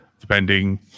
depending